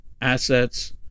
assets